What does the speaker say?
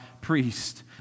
priest